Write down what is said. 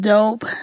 Dope